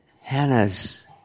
Hannah's